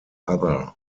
other